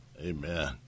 Amen